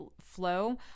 flow